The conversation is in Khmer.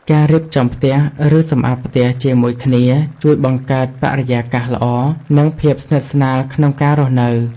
ការរៀបចំផ្ទះ ឬសម្អាតផ្ទះជាមួយគ្នាជួយបង្កើតបរិយាកាសល្អ និងភាពស្និទ្ធស្នាលក្នុងការរស់នៅ។